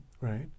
Right